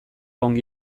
ongi